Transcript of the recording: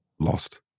lost